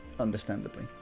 Understandably